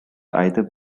either